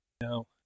no